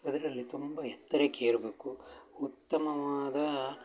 ಅದರಲ್ಲಿ ತುಂಬ ಎತ್ತರಕ್ಕೇರಬೇಕು ಉತ್ತಮವಾದ